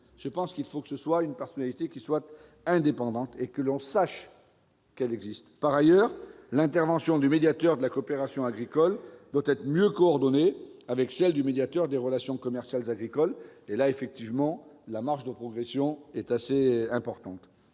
me semble-t-il, que ce soit une personnalité indépendante et que l'on connaisse son existence ! Par ailleurs, l'intervention du médiateur de la coopération agricole doit être mieux coordonnée avec celle du médiateur des relations commerciales agricoles, point sur lequel, effectivement, la marge de progression est assez grande.